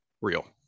Real